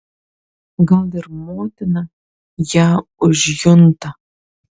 gal ir motina ją užjunta